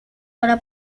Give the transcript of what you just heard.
para